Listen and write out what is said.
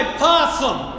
possum